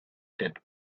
get